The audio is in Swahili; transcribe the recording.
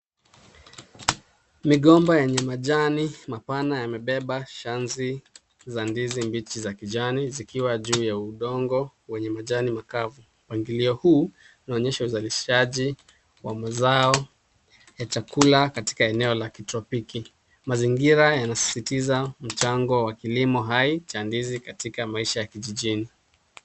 Migomba yenye majani mabana yamebeba shanzi za ndizi mbichi za kijani zikiwa juu ya udongo wenye majani makavu. Mpangilio huu, unaonyesha uzalishaji wa mazao ya chakula katika eneo la kitropiki .Mazingira yanasisitiza mchango wa kilimo hai cha ndizi katika maisha ya kijijini.